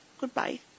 Goodbye